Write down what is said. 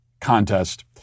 Contest